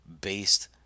based